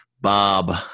Bob